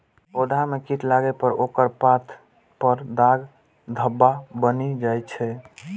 पौधा मे कीट लागै पर ओकर पात पर दाग धब्बा बनि जाइ छै